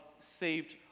saved